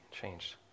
changed